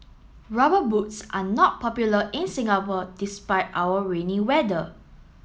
rubber boots are not popular in Singapore despite our rainy weather